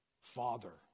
Father